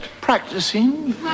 practicing